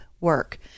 work